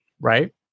Right